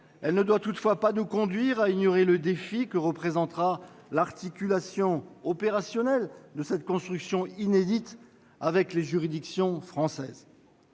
Elle ne doit toutefois pas nous conduire à ignorer le défi que représentera l'articulation opérationnelle de cette construction inédite avec les juridictions françaises.